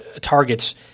targets